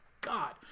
god